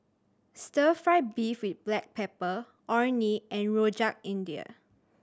Stir Fry beef with black pepper Orh Nee and Rojak India